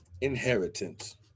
inheritance